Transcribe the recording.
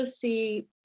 see